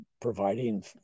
providing